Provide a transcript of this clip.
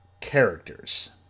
characters